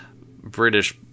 British